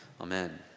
Amen